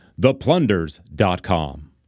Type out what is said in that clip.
theplunders.com